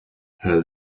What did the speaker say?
her